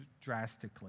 drastically